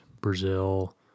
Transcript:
Brazil